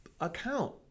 account